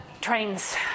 trains